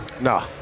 No